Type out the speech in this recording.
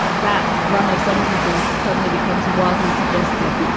that run of sentences suddenly becomes wildly suggestive